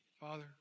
Father